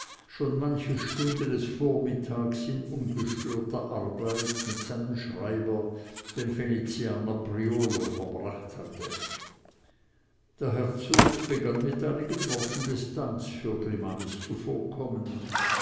schon manche stunde des vormittags in ungestörter arbeit mit seinem schreiber dem venezianer priolo verbracht hatte der herzog begann mit einigen worten des dankes für grimanis zuvorkommen